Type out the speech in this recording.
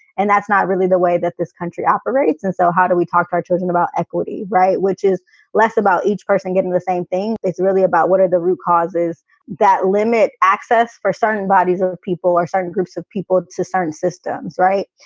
and that's not really the way that this country operates. and so how do we talk about children, about equity? right. which is less about each person getting the same thing. it's really about what are the root causes that limit access for certain bodies of people or certain groups of people to certain systems. right.